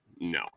no